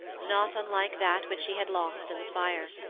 not unlike that which she had lost in the fire.